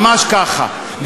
ממש ככה.